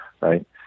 right